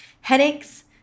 Headaches